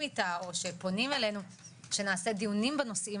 שפונים אלינו שנעשה דיונים בנושאים